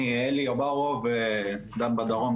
אני דן בדרום,